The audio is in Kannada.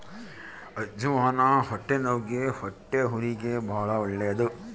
ಅಜ್ಜಿವಾನ ಹೊಟ್ಟೆನವ್ವಿಗೆ ಹೊಟ್ಟೆಹುರಿಗೆ ಬಾಳ ಒಳ್ಳೆದು